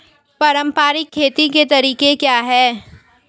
पारंपरिक खेती के तरीके क्या हैं?